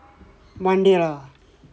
one day lah